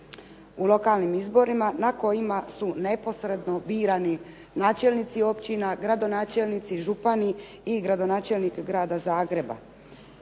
u lokalnim izborima na kojima su neposredno birani načelnici općina, gradonačelnici, župani i gradonačelnik grada Zagreba.